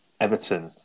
Everton